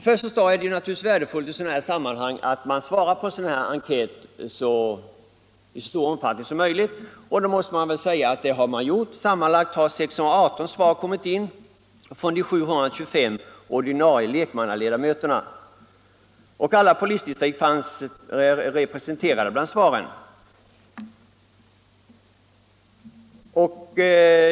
Först och främst är det naturligtvis värdefullt att man svarar på en sådan här enkät i så stor utsträckning som möjligt. Jag måste säga att det har man gjort i detta fall. Sammanlagt 618 svar kom in från de 725 ordinarie lekmannaledamöterna, och alla polisdistrikt fanns representerade bland svaren.